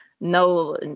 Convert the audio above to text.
no